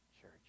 church